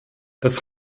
das